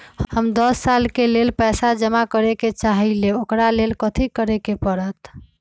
हम दस साल के लेल पैसा जमा करे के चाहईले, ओकरा ला कथि करे के परत?